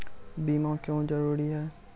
बीमा क्यों जरूरी हैं?